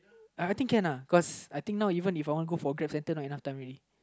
I think can uh cause I think now even If I want go for grab centre not enough time already